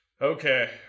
Okay